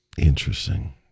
Interesting